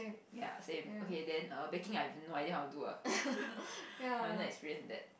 ya same okay then err baking I don't know how to do ah I haven't experience in that